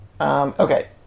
Okay